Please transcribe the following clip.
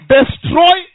Destroy